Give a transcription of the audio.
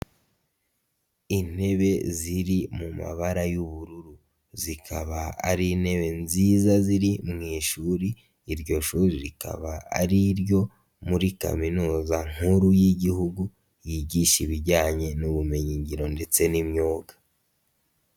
Intebe ziri mu mabara y'ubururu. Zikaba ari intebe nziza ziri mu ishuri iryo shuri rikaba ariryo muri kaminuza nkuru y'igihugu yigisha ibijyanye n'ubumenyingiro ndetse n'imyuga.